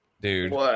Dude